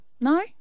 No